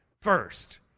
first